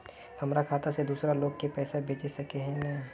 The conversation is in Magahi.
हमर खाता से दूसरा लोग के पैसा भेज सके है ने?